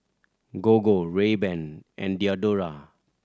Gogo Rayban and Diadora